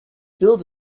build